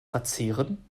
verzehren